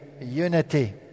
unity